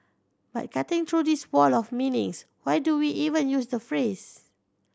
but cutting through this wall of meanings why do we even use the phrase